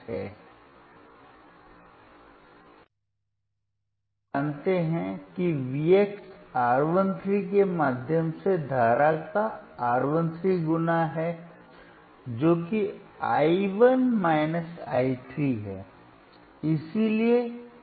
अब हम जानते हैं कि V x R 1 3 के माध्यम से धारा का R 1 3 गुना है जो कि i 1 i 3 है